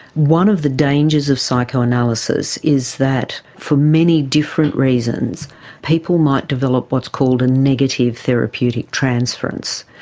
one of the dangers of psychoanalysis is that for many different reasons people might develop what's called a negative therapeutic transference,